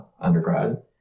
undergrad